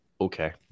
Okay